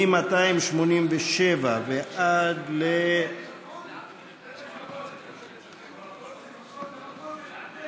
מ-287 ועד ל-341 הוסרו ההסתייגות,